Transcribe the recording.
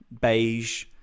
beige